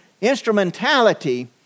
instrumentality